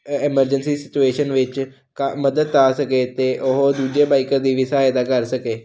ਐ emergency situation ਵਿੱਚ ਕ ਮਦਦ ਆ ਸਕੇ ਅਤੇ ਉਹ ਦੂਜੇ ਬਾਈਕਰ ਦੀ ਵੀ ਸਹਾਇਤਾ ਕਰ ਸਕੇ